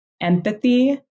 empathy